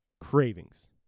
cravings